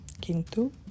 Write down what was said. Kintu